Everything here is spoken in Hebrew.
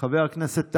חבר הכנסת טאהא,